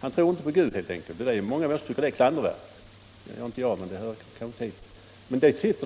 Han tror helt enkelt inte på Gud. Och det tycker många människor är klandervärt. Det gör inte jag, men det hör kanske inte hit.